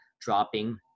dropping